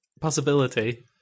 possibility